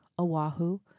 Oahu